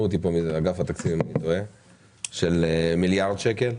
אגף התקציבים שנמצא כאן יתקן אותי - של מיליארד שקלים.